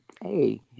hey